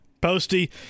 Posty